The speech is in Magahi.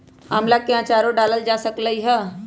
आम्ला के आचारो डालल जा सकलई ह